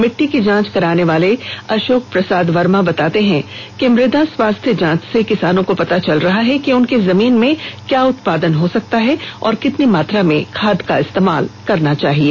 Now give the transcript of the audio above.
मिट्टी की जांच कराने वाले अशोक प्रसाद वर्मा ने बताते हैं कि मृदा स्वास्थ्य जाँच से किसान को पता चल रहा है कि उनकी जमीन में क्या उत्पादन हो सकता है और कितनी मात्रा में खाद का इस्तेमाल करना है